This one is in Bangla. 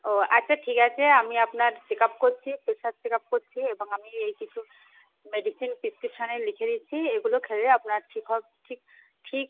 ও আচ্ছা ঠিক আছে আমি আপনার চেক আপ করছি পেশার চেক আপ করছি এবং আমি এই কিছু মেডিসিন পেসক্রিপশানে লিখে দিচ্ছি এগুলো খেলে আপনার ঠিক হ ঠিক ঠিক